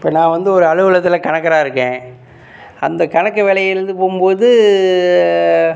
இப்போ நான் வந்து ஒரு அலுவலகத்தில் கணக்கராக இருக்கேன் அந்த கணக்கு வேலை எழுத போகும்போது